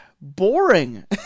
boring